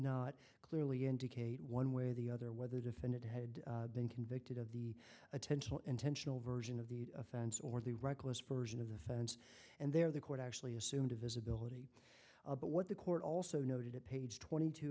not clearly indicate one way or the other whether defendant had been convicted of the attentional intentional version of the offense or the reckless version of the fence and there the court actually assumed divisibility but what the court also noted at page twenty two